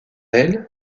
elle